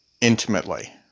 intimately